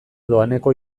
doaneko